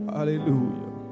Hallelujah